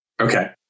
Okay